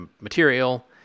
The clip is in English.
material